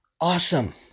awesome